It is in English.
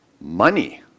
money